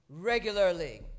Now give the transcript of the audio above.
regularly